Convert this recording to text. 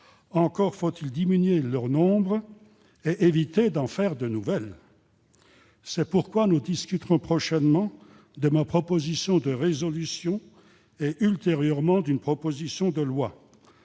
Encore faut-il diminuer leur nombre et éviter d'en créer de nouvelles ! Telles sont les raisons pour lesquelles nous discuterons prochainement de ma proposition de résolution et ultérieurement d'une proposition de loi.